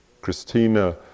Christina